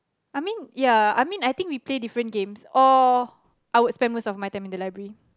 I mean ya I mean I think we play different games or I would spend most of my time in the library